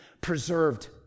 preserved